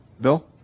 Bill